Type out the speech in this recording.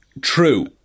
True